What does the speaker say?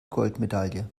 goldmedaille